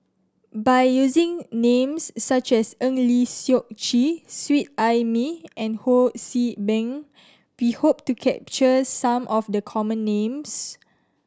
by using names such as Eng Lee Seok Chee Seet Ai Mee and Ho See Beng we hope to capture some of the common names